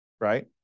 Right